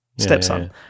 Stepson